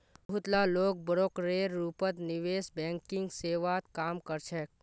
बहुत ला लोग ब्रोकरेर रूपत निवेश बैंकिंग सेवात काम कर छेक